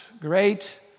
great